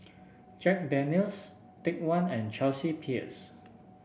Jack Daniel's Take One and Chelsea Peers